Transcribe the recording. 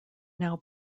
now